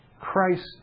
Christ